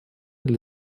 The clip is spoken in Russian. для